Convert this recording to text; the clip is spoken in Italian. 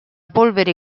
polvere